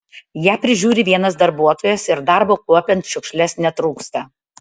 ją prižiūri vienas darbuotojas ir darbo kuopiant šiukšles netrūksta